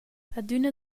adüna